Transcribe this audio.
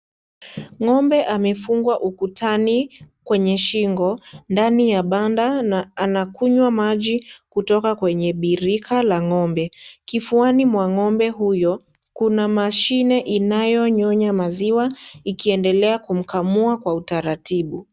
Ng'ombe amefungwa ukutani kwenye shingo, ndani ya banda na anakunywa maji kutoka kwa birika la ng'ombe. Kifuani mwa ng'ombe huyo, kuna mashine inayonyonya maziwa, ikiendelea kumkamua kwa utaratibu